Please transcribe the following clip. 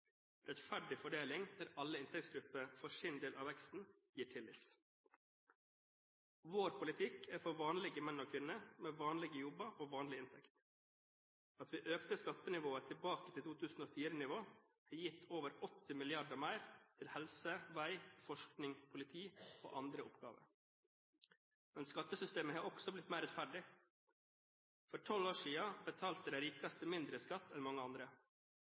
Rettferdig fordeling, der alle inntektsgrupper får sin del av veksten, gir tillit. Vår politikk er for vanlige menn og kvinner med vanlige jobber og vanlig inntekt. At vi økte skattenivået tilbake til 2004-nivå, har gitt over 80 mrd. kr mer til helse, vei, forskning, politi og andre oppgaver. Men skattesystemet har også blitt mer rettferdig. For tolv år siden betalte de rikeste mindre skatt enn mange andre.